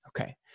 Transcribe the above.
Okay